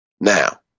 Now